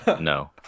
No